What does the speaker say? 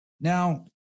Now